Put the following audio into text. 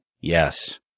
Yes